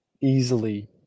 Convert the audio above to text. Easily